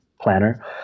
planner